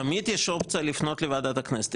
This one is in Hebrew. תמיד יש אופציה לפנות לוועדת הכנסת.